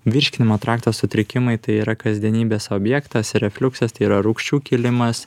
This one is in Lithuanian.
virškinimo trakto sutrikimai tai yra kasdienybės objektas refliuksas tai yra rūgščių kilimas